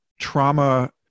trauma